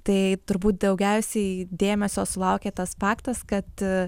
tai turbūt daugiausiai dėmesio sulaukė tas faktas kad